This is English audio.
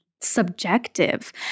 Subjective